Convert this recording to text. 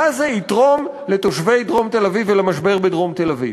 מה זה יתרום לתושבי דרום תל-אביב ולמשבר בדרום תל-אביב?